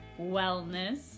wellness